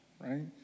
right